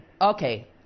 Okay